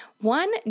One